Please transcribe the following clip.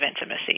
intimacy